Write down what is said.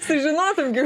sužinotum gi